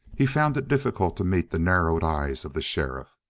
he found it difficult to meet the narrowed eyes of the sheriff.